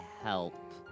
help